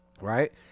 Right